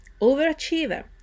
overachiever